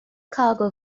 cargo